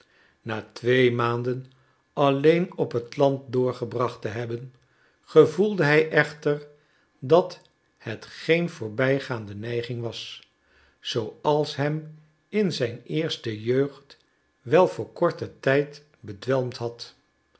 na twee maanden alleen op het land doorgebracht te hebben gevoelde hij echter dat het geen voorbijgaande neiging was zooals hem in zijn eerste jeugd wel voor korten tijd bedwelmd had